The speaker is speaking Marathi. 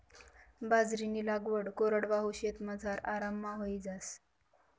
बाजरीनी लागवड कोरडवाहू शेतमझार आराममा व्हयी जास